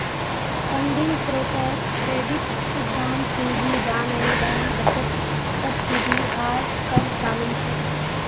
funding स्रोतोत credit, उद्दाम पूंजी, दान, अनुदान, बचत, सब्सिडी आर कर शामिल छे